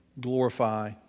glorify